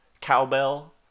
cowbell